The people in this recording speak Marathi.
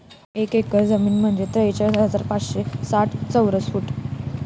एक एकर जमीन म्हणजे त्रेचाळीस हजार पाचशे साठ चौरस फूट